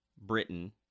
Britain